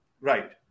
Right